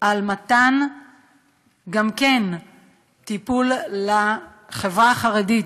על מתן טיפול גם לחברה החרדית,